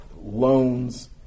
loans